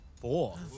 Four